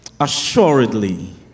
assuredly